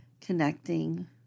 connecting